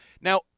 Now